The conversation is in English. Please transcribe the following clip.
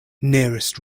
nearest